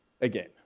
again